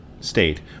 state